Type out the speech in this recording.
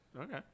okay